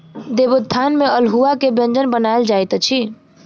देवोत्थान में अल्हुआ के व्यंजन बनायल जाइत अछि